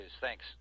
Thanks